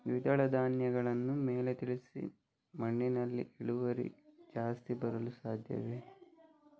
ದ್ವಿದಳ ಧ್ಯಾನಗಳನ್ನು ಮೇಲೆ ತಿಳಿಸಿ ಮಣ್ಣಿನಲ್ಲಿ ಇಳುವರಿ ಜಾಸ್ತಿ ಬರಲು ಸಾಧ್ಯವೇ?